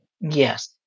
Yes